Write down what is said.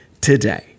today